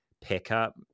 pickup